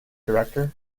director